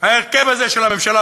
ההרכב הזה של הממשלה,